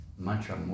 Mantra